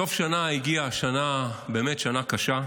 סוף שנה הגיע, באמת שנה קשה.